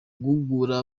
guhugura